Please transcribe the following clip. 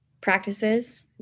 practices